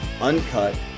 uncut